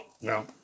no